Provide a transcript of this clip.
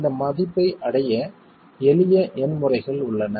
இந்த மதிப்பை அடைய எளிய எண் முறைகள் உள்ளன